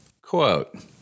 Quote